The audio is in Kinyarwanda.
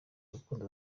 urukundo